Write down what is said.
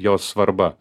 jos svarba